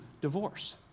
divorce